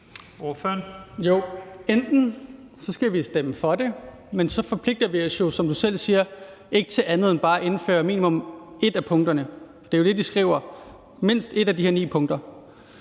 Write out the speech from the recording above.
vi kan stemme for det, men så forpligter vi os jo, som du selv siger, ikke til andet end bare at indføre minimum et af punkterne. Det er jo det, de skriver, altså mindst et af de her ni punkter.